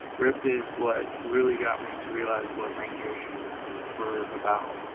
rip is what really got me to realize what rangers were about.